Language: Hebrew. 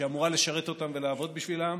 שאמורה לשרת אותם ולעבוד בשבילם.